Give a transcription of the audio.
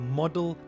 model